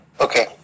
Okay